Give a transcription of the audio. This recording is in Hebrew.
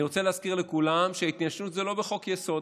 אני רוצה להזכיר לכולם שההתיישנות זה לא בחוק-יסוד,